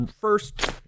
first